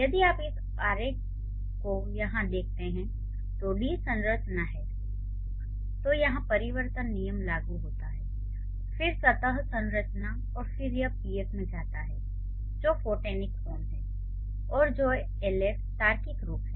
यदि आप इस आरेख को यहां देखते हैं तो डी संरचना है तो यहाँ परिवर्तन नियम लागू होता है फिर सतह संरचना और फिर यह पीएफ में जाता है जो फोनेटिक फ़ॉर्म है और जो कि एलएफ तार्किक रूप है